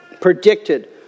predicted